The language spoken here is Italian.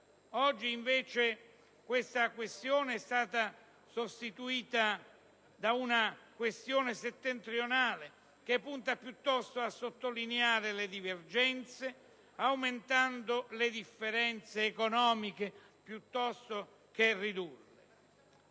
Oggi, invece, tale questione è stata sostituita da una questione settentrionale che punta piuttosto a sottolineare le divergenze, aumentando le differenze economiche piuttosto che ridurle.